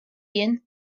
jien